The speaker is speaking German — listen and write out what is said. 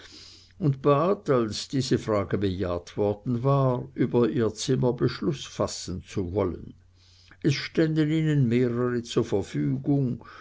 und bat als diese frage bejaht worden war über ihr zimmer beschluß fassen zu wollen es ständen ihnen mehrere zur verfügung